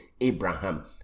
Abraham